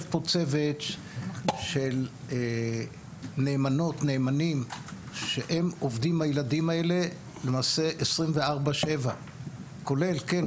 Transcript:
פה צוות של נאמנות ונאמנים שהם עובדים עם הילדים האלה במשך 24/7 וכן,